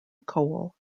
coal